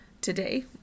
today